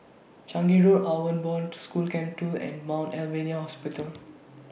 Changi Road Outward Bound School Camp two and Mount Alvernia Hospital